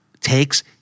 takes